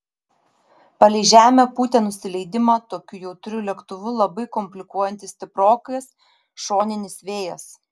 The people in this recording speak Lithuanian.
palei žemę pūtė nusileidimą tokiu jautriu lėktuvu labai komplikuojantis stiprokas šoninis vėjas